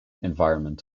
environment